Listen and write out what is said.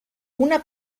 una